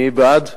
אני בעד.